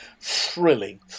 thrilling